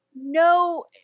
No-